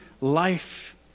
life